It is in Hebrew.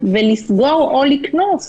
ולסגור או לקנוס.